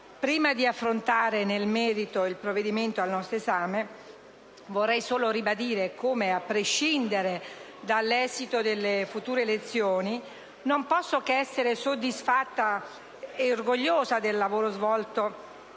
Prima di affrontare nel merito il provvedimento al nostro esame, vorrei solo ribadire come, a prescindere dall'esito delle future elezioni, non posso che essere soddisfatta e orgogliosa del lavoro svolto